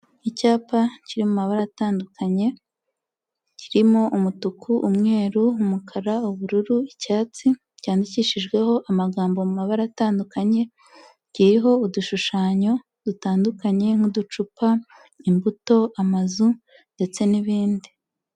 Icyapa kiri mu mabara atandukanye, kirimo umutuku, umweru, umukara, ubururu, icyatsi, cyandikishijweho amagambo mu mabara atandukanye, kiriho udushushanyo dutandukanye nk'uducupa, imbuto amazu ndetse n'ibindi.